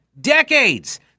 Decades